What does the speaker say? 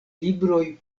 libroj